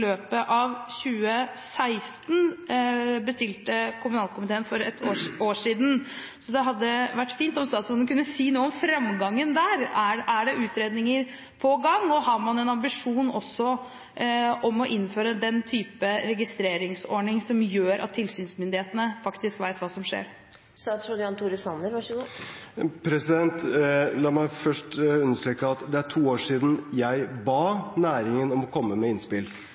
løpet av 2016, bestilte kommunalkomiteen for et år siden. Det hadde vært fint om statsråden kunne si noe om framgangen der. Er det utredninger på gang, og har man en ambisjon om også å innføre den type registreringsordning som gjør at tilsynsmyndighetene faktisk vet hva som skjer? La meg først understreke at det er to år siden jeg ba næringen komme med innspill.